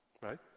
right